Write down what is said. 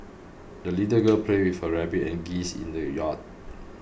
the little girl played with her rabbit and geese in the yard